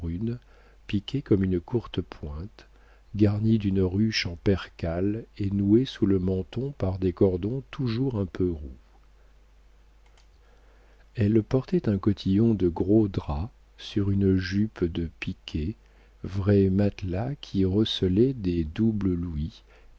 piqué comme une courte pointe garni d'une ruche en percale et noué sous le menton par des cordons toujours un peu roux elle portait un cotillon de gros drap sur une jupe de piqué vrai matelas qui recélait des doubles louis